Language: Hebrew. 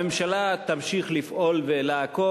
הממשלה תמשיך לפעול ולעקוב.